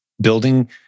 building